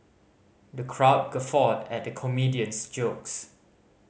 the crowd guffawed at the comedian's jokes